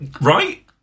Right